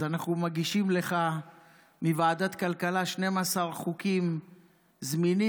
אז אנחנו מגישים לך מוועדת הכלכלה 12 חוקים זמינים,